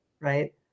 right